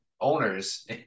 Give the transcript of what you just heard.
owners